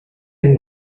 and